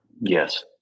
Yes